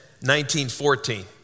1914